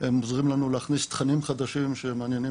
הם עוזרים לנו להכניס תכנים חדשים שמעניינים